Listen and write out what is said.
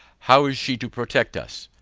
how is she to protect us?